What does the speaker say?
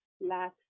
last